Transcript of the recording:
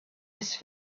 his